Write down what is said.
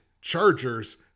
Chargers